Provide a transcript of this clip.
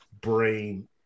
brain